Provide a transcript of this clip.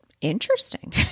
interesting